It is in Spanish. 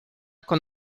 con